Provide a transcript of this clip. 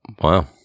Wow